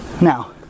Now